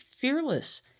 fearless